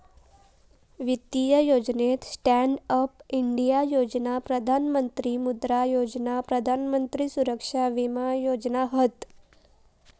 वित्तीय योजनेत stand up India योजना, प्रधान मंत्री मुद्रा योजना, प्रधान मंत्री सुरक्षा विमा योजना हत